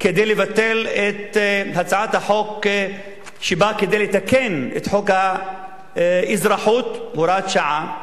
כדי לבטל את הצעת החוק שבאה כדי לתקן את חוק האזרחות (הוראת שעה).